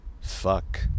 Fuck